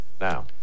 Now